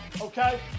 okay